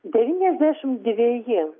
devyniasdešimt dveji